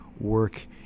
work